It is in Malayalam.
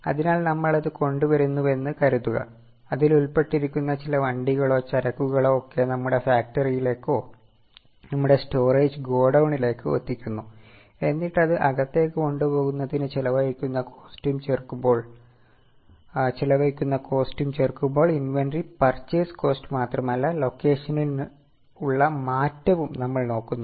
അതിനാൽ നമ്മൾ അത് കൊണ്ടുവരുന്നുവെന്ന് കരുതുക അതിൽ ഉൾപ്പെട്ടിരിക്കുന്ന ചില വണ്ടികളോചരക്കുകളോ ഒക്കെ നമ്മുടെ ഫാക്ടറിയിലേക്കോ നമ്മുടെ സ്റ്റോറേജ് ഗോഡൌണിലേക്കോ എത്തിക്കുന്നു എന്നിട്ട് അത് അകത്തേക്ക് കൊണ്ടുപോകുന്നതിന് ചെലവഴിക്കുന്ന കോസ്റ്റും ചേർക്കുമ്പോൾ ഇന്വെന്ററി പർച്ചയ്സ് കോസ്റ്റ് മാത്രമല്ല ലൊക്കേഷനിൽ ഉള്ള മാറ്റവും നമ്മൾ നോക്കുന്നു